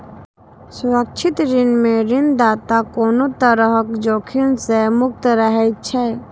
सुरक्षित ऋण मे ऋणदाता कोनो तरहक जोखिम सं मुक्त रहै छै